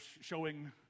showing